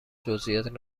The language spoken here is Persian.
جزییات